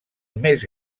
més